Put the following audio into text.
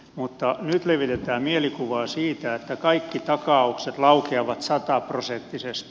mutta nyt levitetään mielikuvaa siitä että kaikki takaukset laukeavat sataprosenttisesti